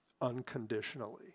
unconditionally